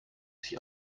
sich